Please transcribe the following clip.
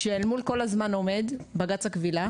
כשאל מול כל הזמן עומד בג"ץ הכבילה,